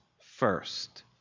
first